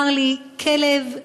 מרלי, כלב חמוד,